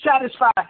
satisfied